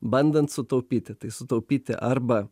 bandant sutaupyti tai sutaupyti arba